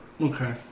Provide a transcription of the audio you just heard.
okay